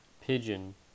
pigeon